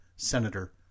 Senator